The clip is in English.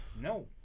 No